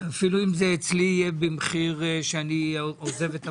אפילו אם זה אצלי יהיה במחיר שאני עוזב את הוועדה.